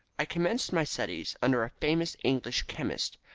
i commenced my studies under a famous english chemist,